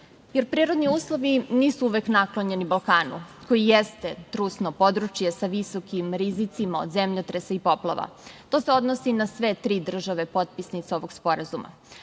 Jer, prirodni uslovi nisu uvek naklonjeni Balkanu, koji jeste trusno područje sa visokim rizicima od zemljotresa i poplava. To se odnosi na sve tri države potpisnice ovog sporazuma. Podsetila